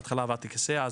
בהתחלה עבדתי כסייע,